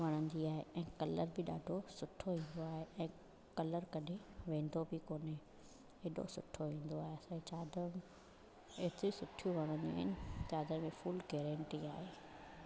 वणंदी आहे ऐं कलर बि ॾाढो सुठो हूंदो आहे ऐं कलर कॾहिं वेंदो बि कोन्हे हेॾो सुठो ईंदो आहे चादर एतिरी सुठियूं वणंदियूं आहिनि चादर में फ़ुल गैरंटी आहे